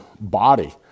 body